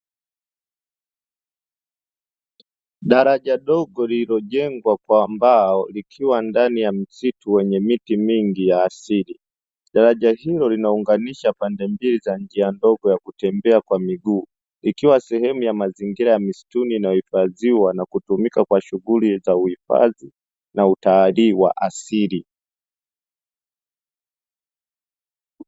Daraja dogo lililojengwa kwa mbao likiwa ndani ya msitu wenye miti mingi ya asili, daraja hilo linaunganisha pande mbili za njia ndogo ya kutembea kwa miguu ikiwa sehemu ya mazingira ya misituni inayohifadhiwa na kutumika kwa shughuli za uhifadhi na utaali wa asili.